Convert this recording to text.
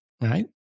right